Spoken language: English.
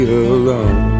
alone